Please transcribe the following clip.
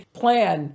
plan